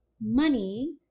money